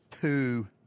two